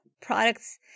products